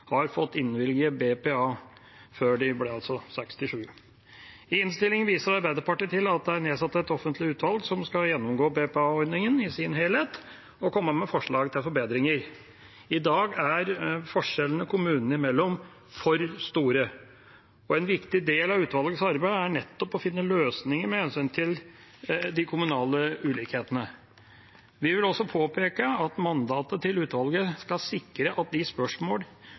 har fått innvilget BPA før de ble 67. I innstillinga viser Arbeiderpartiet til at det er nedsatt et offentlig utvalg som skal gjennomgå BPA-ordningen i sin helhet og komme med forslag til forbedringer. I dag er forskjellene kommunene imellom for store, og en viktig del av utvalgets arbeid er nettopp å finne løsninger med hensyn til de kommunale ulikhetene. Vi vil også påpeke at mandatet til utvalget skal sikre at de spørsmål